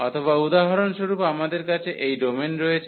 অথবা উদাহরণস্বরূপ আমাদের কাছে এই ডোমেন রয়েছে